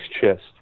chest